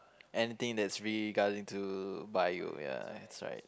anything that's really regarding to Bio ya that's right